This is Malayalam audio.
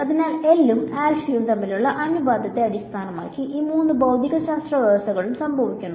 അതിനാൽ L ഉം ഉം തമ്മിലുള്ള അനുപാതത്തെ അടിസ്ഥാനമാക്കി ഈ മൂന്ന് ഭൌതികശാസ്ത്ര വ്യവസ്ഥകളും സംഭവിക്കുന്നു